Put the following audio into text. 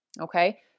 Okay